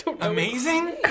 Amazing